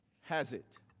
has it.